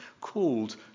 called